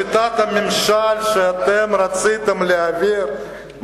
ושיטת הממשל שאתם רציתם להעביר,